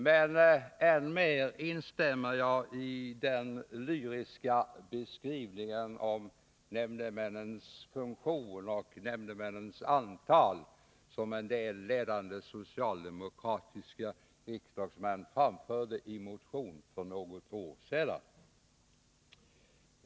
Men än mer instämmer jag i den lyriska beskrivning av nämndemännens funktion och antal som en del ledande socialdemokratiska riksdagsmän framförde i en motion för bara något år sedan.